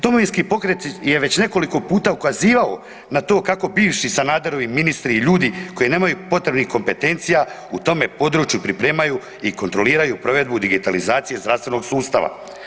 Domovinski pokret je već nekoliko puta ukazivao na to kako bivši Sanaderovi ministri i ljudi koji nemaju potrebnih kompetencija u tome području pripremaju i kontroliraju provedbu digitalizacije zdravstvenog sustava.